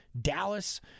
Dallas